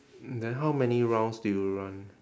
then how many rounds do you run